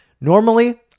Normally